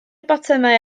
botymau